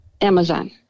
Amazon